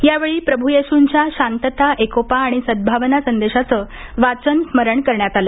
यावेळी प्रभू येशूंच्या शांतता एकोपा आणि सद्धावना संदेशाचे वाचन स्मरण करण्यात आले